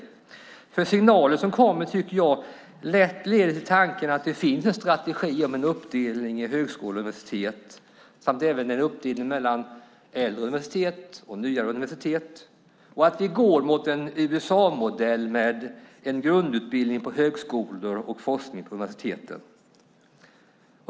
Jag tycker nämligen att signalen som kommer lätt leder till tanken att det finns en strategi för en uppdelning mellan högskolor och universitet samt även mellan äldre universitet och nyare universitet. Vi går mot en USA-modell med grundutbildning på högskolorna och forskning på universiteten.